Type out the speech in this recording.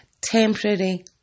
Temporary